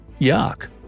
Yuck